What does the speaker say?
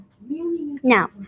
Now